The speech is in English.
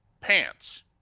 pants